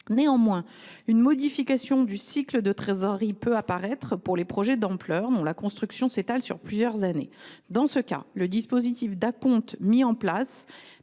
Néanmoins, une modification du cycle de trésorerie peut apparaître pour ce qui est des projets d’ampleur, dont la construction s’étale sur plusieurs années. Dans ce cas, le dispositif d’acomptes mis en place